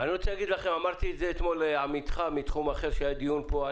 אמרתי אתמול לעמיתך מתחום אחר בדיון פה.